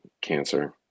cancer